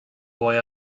boy